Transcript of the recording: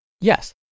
Yes